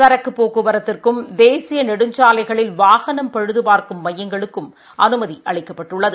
சரக்கு போக்குவரத்துக்கும் தேசிய நெடுஞ்சாலைகளில் வாகனம் பழுது பார்க்கும் மையங்களுக்கும் அனுமதி அளிக்கப்பட்டுள்ளது